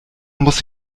muss